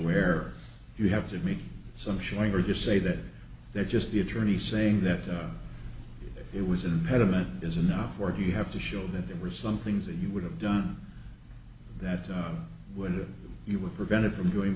where you have to make some showing or just say that that just the attorney saying that it was an impediment is enough work you have to show that there were some things that you would have done that when you were prevented from doing